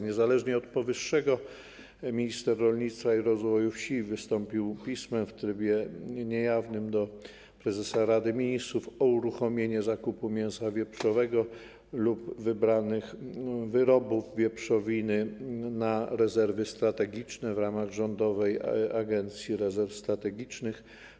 Niezależnie od powyższego minister rolnictwa i rozwoju wsi wystąpił z pismem w trybie niejawnym do prezesa rady ministrów o uruchomienie zakupu mięsa wieprzowego lub wybranych wyrobów wieprzowiny na rezerwy strategiczne w ramach Rządowej Agencji Rezerw Strategicznych.